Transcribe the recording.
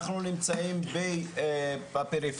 אנחנו נמצאים בפריפריה,